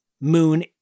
moon